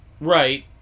Right